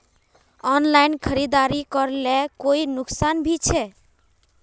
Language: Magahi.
ऑनलाइन खरीदारी करले कोई नुकसान भी छे?